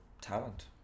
talent